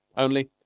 only